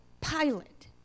pilot